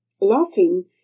Laughing